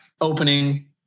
opening